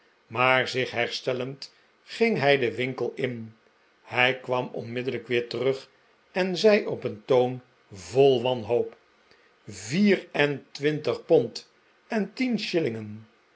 maar zich herstellend ging hij den winkel in hij kwam onmiddellijk weer terug en zei op een toon vol wanhoop vier en twintig pond en tien